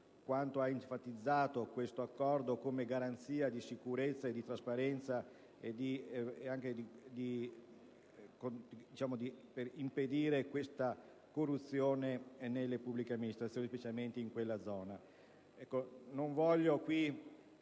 ha enfatizzato questo accordo come garanzia di sicurezza e trasparenza, al fine anche di impedire questa corruzione nelle pubbliche amministrazioni, specialmente in quella zona.